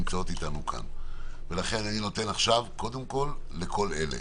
טל פז, מיועמ"ש משטרת ישראל.